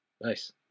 Nice